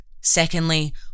Secondly